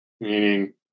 meaning